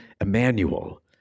Emmanuel